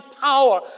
power